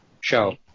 show